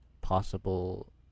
possible